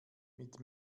mit